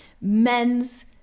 Men's